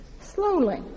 slowly